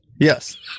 Yes